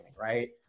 right